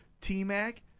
T-Mac